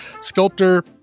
sculptor